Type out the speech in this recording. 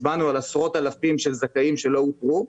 הצבענו על עשרות אלפים של זכאים שלא אותרו.